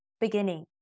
beginning